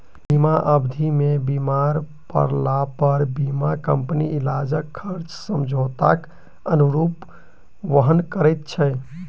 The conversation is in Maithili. बीमा अवधि मे बीमार पड़लापर बीमा कम्पनी इलाजक खर्च समझौताक अनुरूप वहन करैत छै